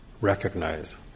Recognize